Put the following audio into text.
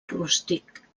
rústic